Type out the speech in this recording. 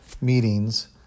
meetings